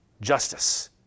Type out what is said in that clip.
justice